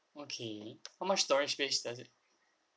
okay how much storage space does it